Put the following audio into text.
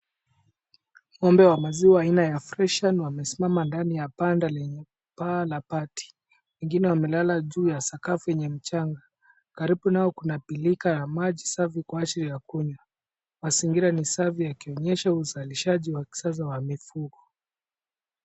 Ng'ombe wa maziwa aina ya freshian wamesimama ndani ya banda la paa ya mabati. Wengine wamelala juu ya sakafu yenye mchanga. Karibu nao kuna birika ya maji safi kwa ajili ya kunywa. Mazingira ni safi yakionyesha uzalishji wa kisasa wa mifugo.